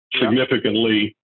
significantly